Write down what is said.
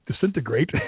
disintegrate